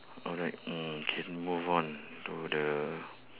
alright mm okay move on to the